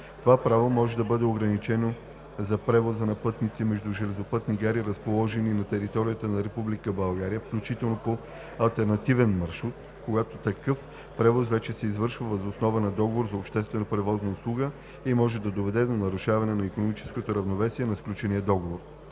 Това право може да бъде ограничено за превоза на пътници между железопътни гари, разположени на територията на Република България, включително по алтернативен маршрут, когато такъв превоз вече се извършва въз основа на договор за обществена превозна услуга и може да доведе до нарушаване на икономическото равновесие на сключения договор.